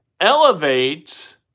elevates